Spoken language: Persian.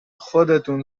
خودتون